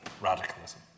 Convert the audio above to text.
radicalism